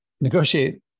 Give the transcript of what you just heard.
negotiate